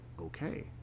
okay